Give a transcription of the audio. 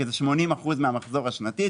כי היא 80% מהמחזור השנתי.